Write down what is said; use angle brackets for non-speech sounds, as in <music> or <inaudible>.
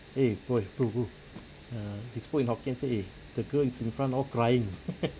eh boy bro bro err he spoke in hokkien say eh the girl is in front all crying <laughs>